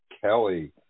Kelly